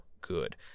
good